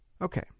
Okay